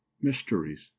Mysteries